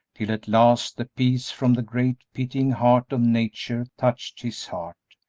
till at last the peace from the great pitying heart of nature touched his heart,